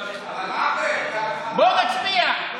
בואו נצביע.